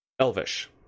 Elvish